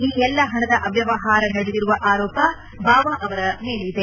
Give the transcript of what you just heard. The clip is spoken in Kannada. ಈ ಎಲ್ಲಾ ಹಣದ ಅವ್ಲವಹಾರ ನಡೆದಿರುವ ಆರೋಪ ಅವರ ಮೇಲಿದೆ